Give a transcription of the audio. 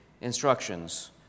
instructions